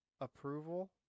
approval